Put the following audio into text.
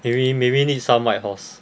maybe maybe need some white horse